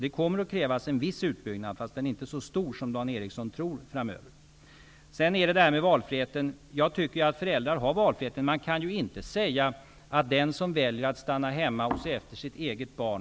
Det kommer att krävas en viss utbyggnad framöver, men den är inte så stor som Dan Ericsson tror. Jag tycker att föräldrar har valfrihet. Man kan inte säga att den som väljer att stanna hemma och se efter sitt eget barn...